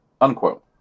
unquote